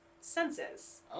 senses